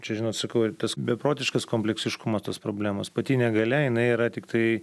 čia žinot sakau ir tas beprotiškas kompleksiškumas tos problemos pati negalia jinai yra tiktai